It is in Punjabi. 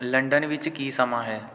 ਲੰਡਨ ਵਿੱਚ ਕੀ ਸਮਾਂ ਹੈ